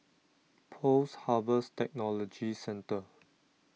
Post Harvest Technology Centre